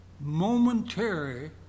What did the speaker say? momentary